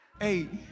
eight